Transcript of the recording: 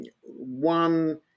One